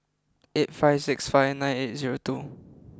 eight five six five nine eight zero two